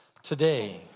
Today